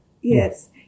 Yes